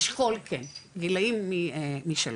אשכול, כן, גילאים משלוש.